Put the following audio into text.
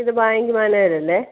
ഇത് bank manager അല്ലേ